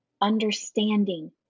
understanding